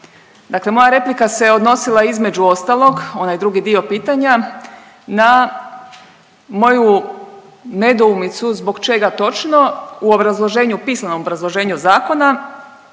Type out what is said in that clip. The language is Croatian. Dakle, moja replika se odnosila između ostalog onaj drugi dio pitanja na moju nedoumicu zbog čega točno u obrazloženju, pisanom obrazloženju zakona,